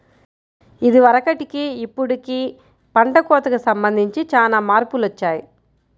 ఇదివరకటికి ఇప్పుడుకి పంట కోతకి సంబంధించి చానా మార్పులొచ్చాయ్